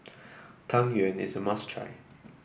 Tang Yuen is a must try